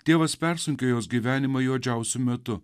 tėvas persunkia jos gyvenimą juodžiausiu metu